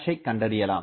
ஐ கண்டறியலாம்